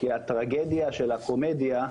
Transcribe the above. כי הטרגדיה של הקומדיה,